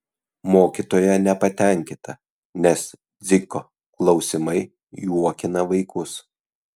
mokytoja nepatenkinta nes dziko klausimai juokina vaikus